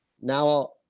Now